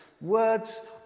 words